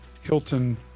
Hilton